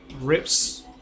rips